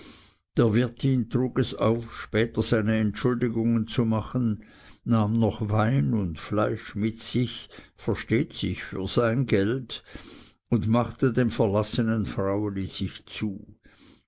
der wirtin trug es auf später seine entschuldigungen zu machen nahm noch wein und fleisch mit sich versteht sich für sein geld und machte dem verlassenen fraueli sich zu